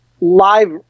live